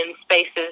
spaces